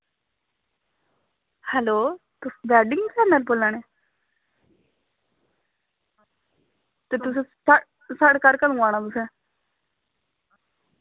hello तुस wedding दा बोला ने ते तुस साढ़े घर कदूं औंना तुसें